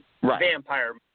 vampire